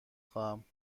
خواهم